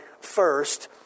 first